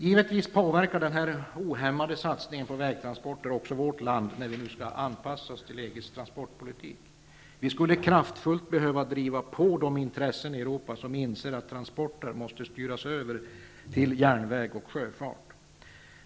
Givetvis påverkar den här ohämmade satsningen på vägtransporter också vårt land, när vi nu skall anpassa oss till EG:s transportpolitik. Vi skulle kraftfullt behöva driva på de intressen i Europa som inser att transporter måste styras över till järnväg och sjöfart.